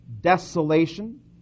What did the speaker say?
desolation